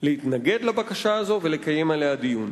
להתנגד לבקשה הזאת ולקיים עליה דיון.